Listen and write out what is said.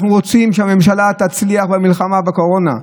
אנחנו רוצים שהממשלה תצליח במלחמה בקורונה.